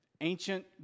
ancient